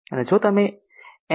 અને જો તમે એમ